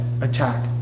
attack